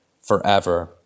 forever